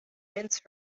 mince